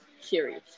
series